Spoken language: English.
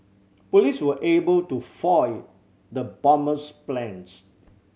police were able to foil the bomber's plans